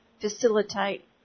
facilitate